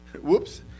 Whoops